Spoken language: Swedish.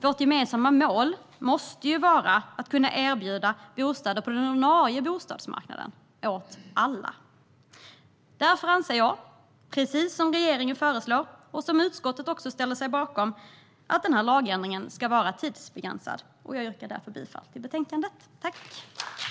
Vårt gemensamma mål måste vara att kunna erbjuda bostäder på den ordinarie bostadsmarknaden, åt alla. Därför anser jag, precis som regeringen föreslår och som utskottet också ställer sig bakom, att lagändringen ska vara tidsbegränsad. Jag yrkar därför bifall till utskottets förslag.